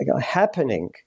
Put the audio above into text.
happening